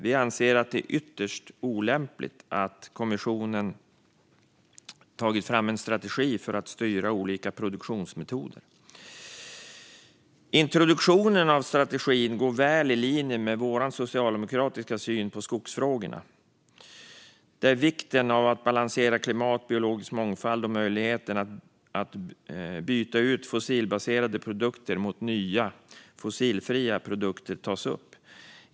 Vi anser att det är ytterst olämpligt att kommissionen tagit fram en strategi för att styra olika produktionsmetoder. Introduktionen av strategin är väl i linje med vår socialdemokratiska syn på skogsfrågorna, där vikten av att balansera klimat, biologisk mångfald och möjligheten att byta ut fossilbaserade produkter mot nya fossilfria produkter tas upp.